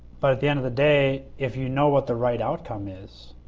but at the end of the day, if you know what the right outcome is,